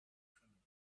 criminals